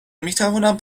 میتوانم